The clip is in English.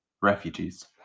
refugees